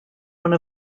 one